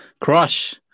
crush